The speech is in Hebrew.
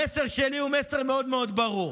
המסר שלי הוא מסר מאוד ברור: